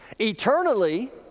eternally